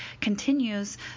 continues